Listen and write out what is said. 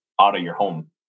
out-of-your-home